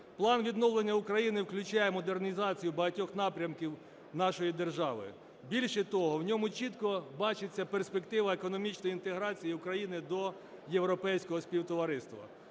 План відновлення України включає модернізацію багатьох напрямків нашої держави. Більше того, в ньому чітко бачиться перспектива економічної інтеграції України до Європейського співтовариства.